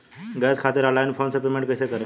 Gas खातिर online phone से payment कैसे करेम?